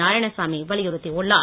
நாராயணசாமி வலியுறுத்தியுள்ளார்